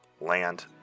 land